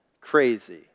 crazy